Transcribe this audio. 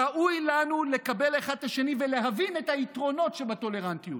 ראוי לנו לקבל אחד את השני ולהבין את היתרונות שבטולרנטיות.